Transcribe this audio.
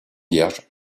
vierge